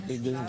התשפ"ג-2023,